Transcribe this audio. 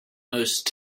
most